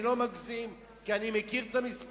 אני לא מגזים, כי אני מכיר את המספרים.